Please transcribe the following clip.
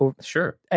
sure